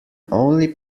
only